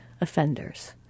offenders